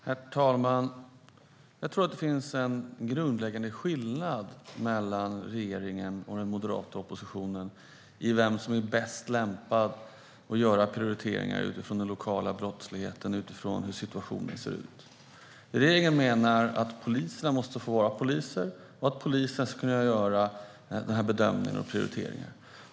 Herr talman! Jag tror att det finns en grundläggande skillnad mellan regeringen och den moderata oppositionen i synen på vem som är bäst lämpad att göra prioriteringar utifrån den lokala brottsligheten och hur situationen ser ut. Regeringen menar att poliserna måste få vara poliser och att det är polisen som ska göra bedömningen och prioriteringen.